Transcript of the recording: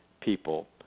people